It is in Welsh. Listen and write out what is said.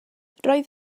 roedd